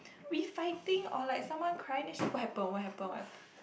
we fighting or like someone crying then she's like what happen what happen what happen